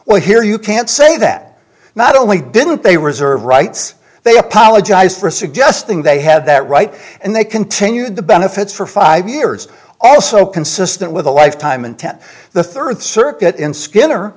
well here you can't say that not only didn't they reserve rights they apologized for suggesting they have that right and they continued the benefits for five years also consistent with a lifetime and ten the third circuit in skinner